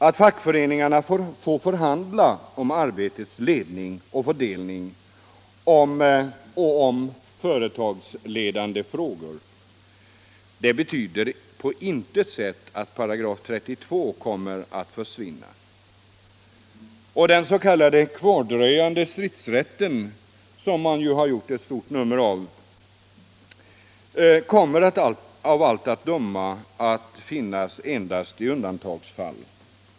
Att fackföreningarna får förhandla om arbetets ledning och fördelning och om företagsledande frågor betyder på intet sätt aut § 32 kommer att försvinna. Den s.k. kvardröjande stridsrätten, som man har gjort ett stort nummer av, kommer av allt att döma att finnas endast i undantagsfall.